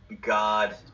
God